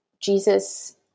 Jesus